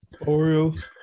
Orioles